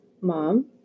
Mom